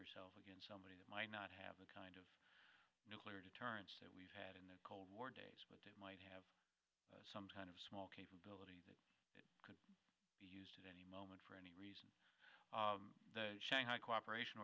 yourself against somebody that might not have the kind of nuclear deterrence that we've had in the cold war days but it might have some kind of small capability it could be used any moment for any reason the shanghai cooperation